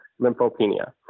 lymphopenia